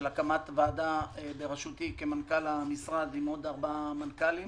של הקמת ועדה בראשותי כמנכ"ל המשרד עם עוד ארבעה מנכ"לים